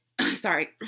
sorry